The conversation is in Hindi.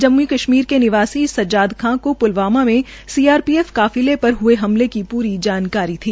जम्मू कश्मीर के निवासी सज्जाद खान को लवामा सीआर ीएफ काफिले र ह्ये हमले की पुरी जानकारी थी